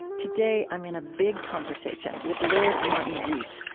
today i'm in a big conversation with lord martin rees,